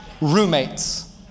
roommates